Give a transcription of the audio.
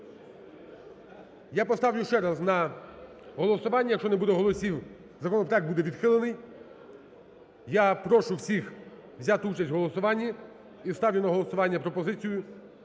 Я поставлю ще раз на голосування. Якщо не буде голосів, законопроект буде відхилений. Я прошу всіх взяти участь в голосуванні. І ставлю на голосування пропозицію.